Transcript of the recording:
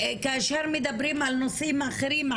כאשר מדברים על נושאים אחרים,